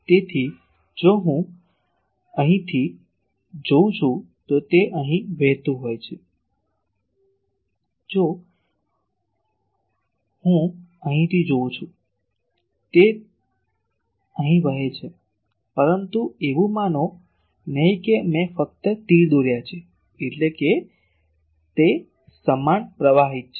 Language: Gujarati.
તેથી જો હું અહીંથી જોઉં છું તો તે અહીં વહેતું હોય છે જો હું અહીંથી જોઉં છું તો તે અહીં વહે છે પરંતુ એવું માનો નહીં કે મેં ફક્ત તીર દોર્યા છે એટલે કે તે સમાન પ્રવાહિત છે